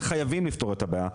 וחייבים לפתור את הבעיה,